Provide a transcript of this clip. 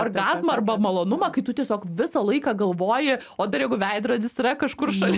orgazmą arba malonumą kai tu tiesiog visą laiką galvoji o dar jeigu veidrodis yra kažkur šalia